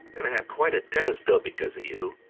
and have quite a dentist bill because of you.